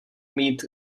mít